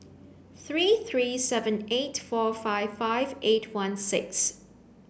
three three seven eight four five five eight one six